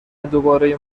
دوباره